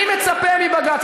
אני מצפה מבג"ץ,